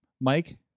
Mike